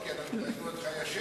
להגדיל את כוח הקנייה,